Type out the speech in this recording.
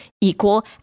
equal